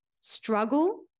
struggle